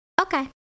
Okay